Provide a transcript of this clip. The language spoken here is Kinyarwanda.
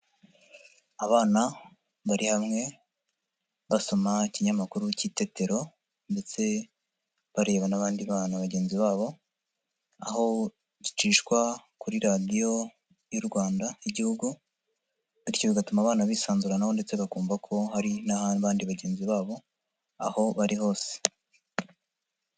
Abana bari hamwe basoma ikinyamakuru cy'Itetero ndetse bareba n'abandi bana bagenzi babo, aho gicishwa kuri radiyo y'u Rwanda y'Igihugu bityo bigatuma abana bisanzuranaho ndetse bakumva ko hari n'ahandi bagenzi babo aho bari hose.